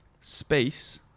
Space